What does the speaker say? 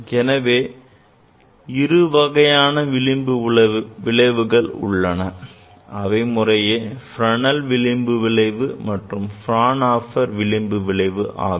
எனவே இரு வகையான விளிம்பு விளைவுகள் உள்ளன அவை முறையே Fresnel விளிம்பு விளைவு மற்றும் Fraunhofer விளிம்பு விளைவு ஆகும்